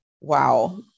wow